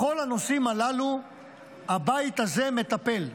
בכל הנושאים הללו הבית הזה מטפל,